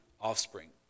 offspring